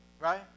right